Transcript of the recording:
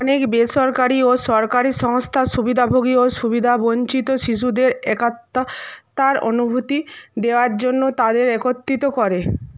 অনেক বেসরকারী ও সরকারি সংস্থা সুবিধাভোগী ও সুবিধাবঞ্চিত শিশুদের একত্রের অনুভূতি দেওয়ার জন্য তাদের একত্রিত করে